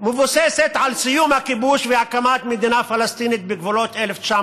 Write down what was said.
מבוססת על סיום הכיבוש והקמת מדינה פלסטינית בגבולות 1967